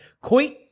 Coit